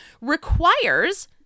requires